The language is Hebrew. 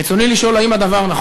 רצוני לשאול: 1. האם נכון הדבר?